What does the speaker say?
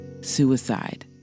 suicide